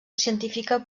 científica